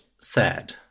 sad